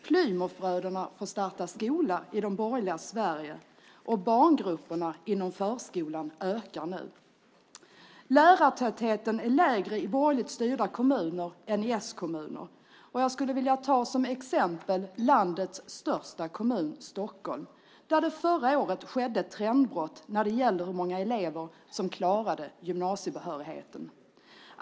Plymouthbröderna får starta skola i de borgerligas Sverige, och barngrupperna inom förskolan ökar nu. Lärartätheten är lägre i borgerligt styrda kommuner än i s-kommuner. Jag skulle vilja ta som exempel landets största kommun Stockholm, där det förra året skedde ett trendbrott när det gäller hur många elever som klarade gymnasiebehörigheten.